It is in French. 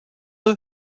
eux